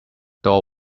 door